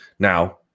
Now